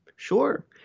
Sure